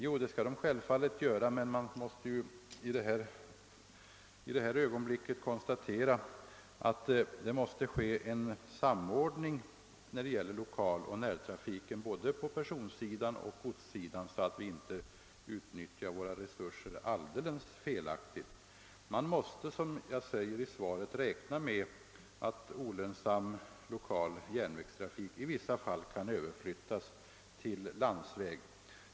Jo, det skall SJ självfallet göra, men man måste samtidigt konstatera att det fordras en samordning mellan lokaloch närtrafiken både på personsidan och på godssidan, så att vi inte utnyttjar våra resurser alldeles felaktigt. Man måste, som jag säger i svaret, räkna med att olönsam lokal järnvägstrafik i vissa fall kan överflyttas till landsväg.